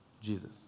Jesus